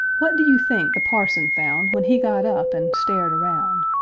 what do you think the parson found, when he got up and stared around?